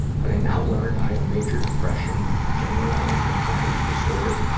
but i now learned i have major depression, generalized anxiety disorder,